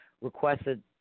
requested